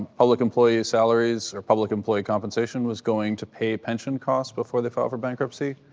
public employee salaries or public employee compensation was going to pay pension costs before they filed for bankruptcy?